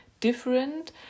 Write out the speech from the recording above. different